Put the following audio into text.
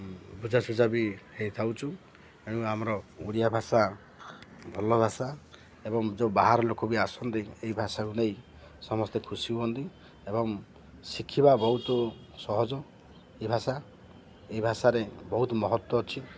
ବୁଝା ସୁୁଝା ବି ହେଇଥାଉଛୁ ଏଣୁ ଆମର ଓଡ଼ିଆ ଭାଷା ଭଲ ଭାଷା ଏବଂ ଯେଉଁ ବାହାର ଲୋକ ବି ଆସନ୍ତି ଏ ଭାଷାକୁ ନେଇ ସମସ୍ତେ ଖୁସି ହୁଅନ୍ତି ଏବଂ ଶିଖିବା ବହୁତ ସହଜ ଏ ଭାଷା ଏ ଭାଷାରେ ବହୁତ ମହତ୍ତ୍ଵ ଅଛି